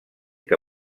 que